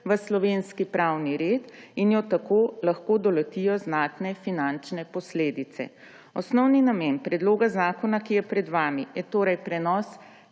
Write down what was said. v slovenski pravni red in jo tako lahko doletijo znatne finančne posledice. Osnovni namen predloga zakona, ki je pred vami je torej prenos